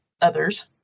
others